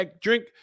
drink